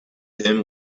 him